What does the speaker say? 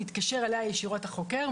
מתקשר אליה ישירות החוקר,